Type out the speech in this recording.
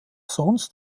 sonst